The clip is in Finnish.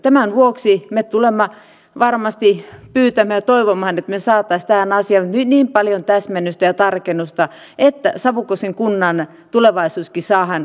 tämän vuoksi me tulemme varmasti pyytämään ja toivomaan että me saisimme tähän asiaan niin paljon täsmennystä ja tarkennusta että savukosken kunnan tulevaisuuskin saadaan varmistettua